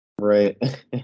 Right